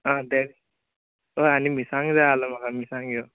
आं दे हय आनी मिस्सांग्यो जाय आसल्यो म्हाका मिस्सांग्यो